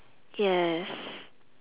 yes